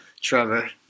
Trevor